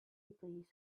please